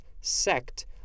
sect